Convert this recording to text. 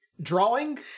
drawing